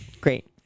Great